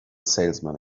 salesman